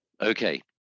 okay